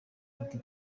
ati